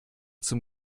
zum